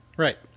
Right